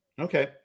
Okay